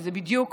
וזה בדיוק